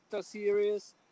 series